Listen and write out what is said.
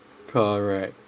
correct